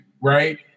Right